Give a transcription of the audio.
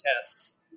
tests